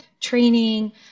training